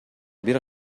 бир